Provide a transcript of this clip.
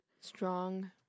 Strong